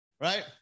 right